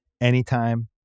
Anytime